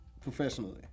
professionally